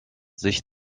sich